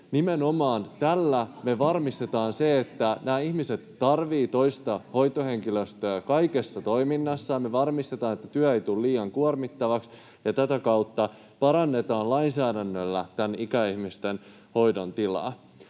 Nimenomaan tällä me varmistetaan se, että nämä ihmiset tarvitsevat toistaa hoitohenkilöstöä kaikessa toiminnassa, me varmistetaan, että työ ei tule liian kuormittavaksi, ja tätä kautta parannetaan lainsäädännöllä tätä ikäihmisten hoidon tilaa.